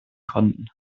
konnten